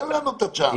תן לנו את הצ'אנס.